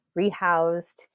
rehoused